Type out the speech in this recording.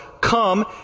come